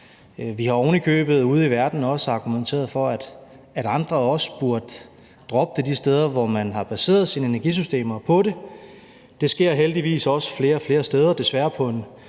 Vi har ovenikøbet ude i verden også argumenteret for, at andre også burde droppe det de steder, hvor man har baseret sine energisystemer på det. Det sker heldigvis også flere og flere steder, desværre på en